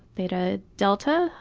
theta, delta?